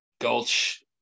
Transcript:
Gulch